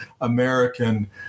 American